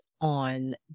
on